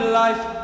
life